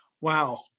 Wow